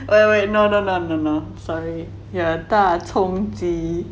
wait wait no no no no no sorry you are 大葱鸡